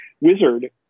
Wizard